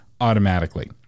automatically